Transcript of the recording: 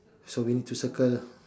so we need to circle